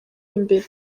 imbere